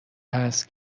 هست